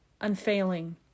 unfailing